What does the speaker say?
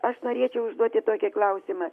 aš norėčiau užduoti tokį klausimą